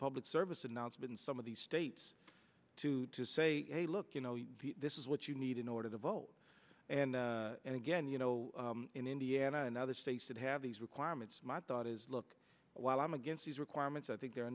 public service announcement some of these states to say hey look you know this is what you need in order to vote and again you know in indiana and other states that have these requirements my thought is look while i'm against these requirements i think they're